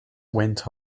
went